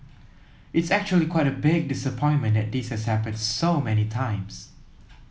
it's actually quite a big disappointment that this has happened so many times